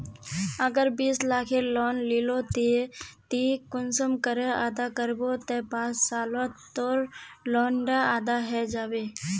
अगर बीस लाखेर लोन लिलो ते ती कुंसम करे अदा करबो ते पाँच सालोत तोर लोन डा अदा है जाबे?